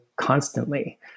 constantly